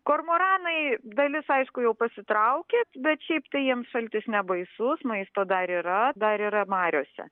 kormoranai dalis aišku jau pasitraukė bet šiaip tai jiems šaltis nebaisus maisto dar yra dar yra mariose